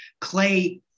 clay